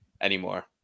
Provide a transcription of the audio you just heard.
anymore